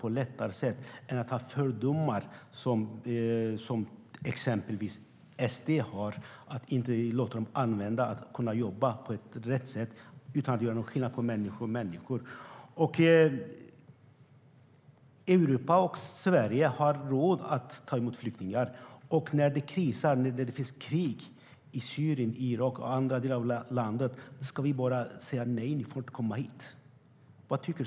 I stället för att ha fördomar, som exempelvis SD har, måste vi låta dem jobba på rätt sätt och inte göra skillnad på människor och människor. Europa och Sverige har råd att ta emot flyktingar. När det är krig i Syrien, i Irak och i andra delar av världen, ska vi bara säga nej, ni får inte komma hit?